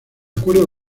acuerdo